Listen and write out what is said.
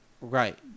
Right